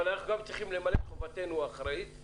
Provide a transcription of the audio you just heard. אבל אנחנו גם צריכים למלא את חובתנו ולראות